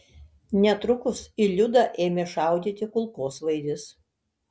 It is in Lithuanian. netrukus į liudą ėmė šaudyti kulkosvaidis